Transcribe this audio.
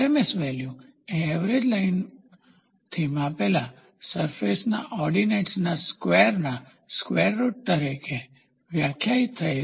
RMS value એ average લાઇનથી માપેલા સરફેસના ઓર્ડીનેટ્સ ના સ્કવેરના સ્કવેર રૂટ તરીકે વ્યાખ્યાયિત થયેલ છે